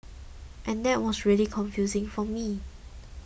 and that was really confusing for me